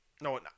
no